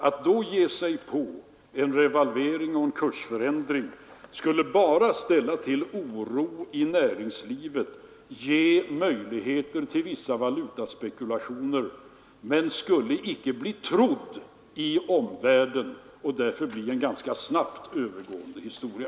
Att då ge sig på en revalvering och en kursförändring skulle bara ställa till oro i näringslivet, ge möjligheter till vissa valutaspekulationer, men den skulle icke bli trodd i omvärlden och därför vara en ganska snabbt övergående historia.